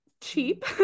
cheap